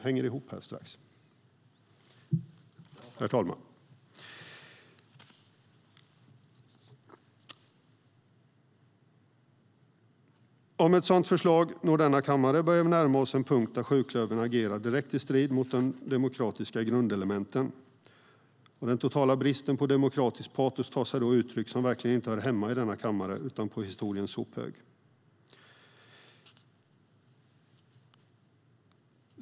Jag kommer strax till det. Om ett sådant förslag når denna kammare, börjar vi närma oss en punkt där sjuklövern agerar direkt i strid mot de demokratiska grundelementen. Den totala bristen på demokratiskt patos tar sig då uttryck som verkligen inte hör hemma i denna kammare, utan på historiens sophög.